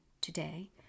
today